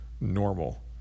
normal